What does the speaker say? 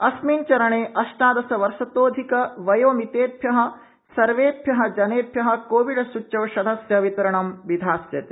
अस्मिन् चरणे अष्टादश वर्षतोऽधिक वयो मितेभ्यसर्वेभ्य जनेभ्य कोविड सूच्यौषधस्य वितरणम् विधास्यते